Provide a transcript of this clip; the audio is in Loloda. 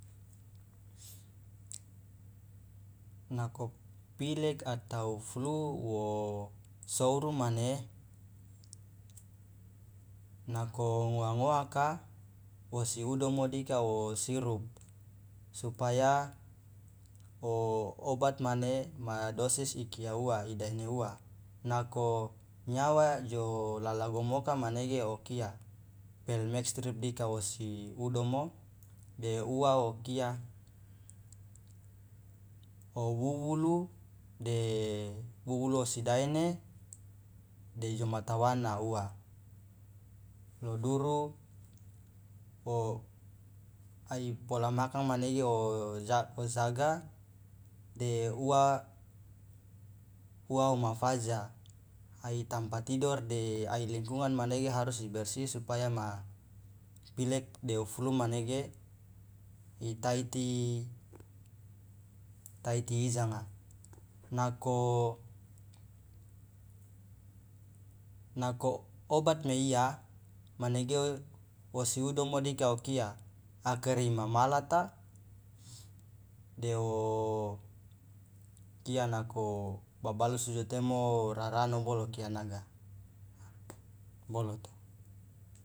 Nako pilek atau flu wo souru mane nako ngoa ngoaka wosi udomo dika o sirup supaya oobat mane ma dosis ikia uwa idaene uwa nako nyawa jo lalagomoka manege okia pel mextrip dika wosi udomo de uwa okia owuwulu de wuwulu wosi daene e joma tawana uwa lo duru o ai pola makan manege o jaga de uwa uwa oma faja ai tampa tidor de ai lingkungan manege harus ibersi supaya ma pilek de flu manege itaiti taiti ijanga nako nako obat meiya wosi udomo dika okia akere imamalata deo kia nako babalusu jo temo rarano bolo kia naga boloto.